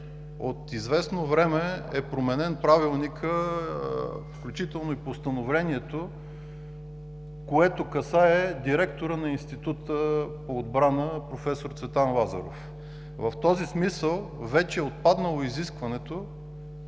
от известно време е променен Правилникът, включително и Постановлението, което касае директора на Института по отбрана „Професор Цветан Лазаров“. В този смисъл вече е отпаднало изискването